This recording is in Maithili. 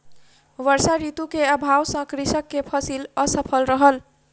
वर्षा ऋतू के अभाव सॅ कृषक के फसिल असफल रहल